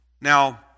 Now